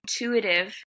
intuitive